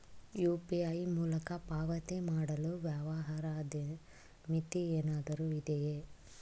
UPI ಮೂಲಕ ಪಾವತಿ ಮಾಡಲು ವ್ಯವಹಾರದ ಮಿತಿ ಏನಾದರೂ ಇದೆಯೇ?